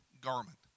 garment